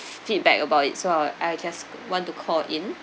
feedback about it so uh I just want to call in